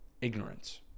ignorance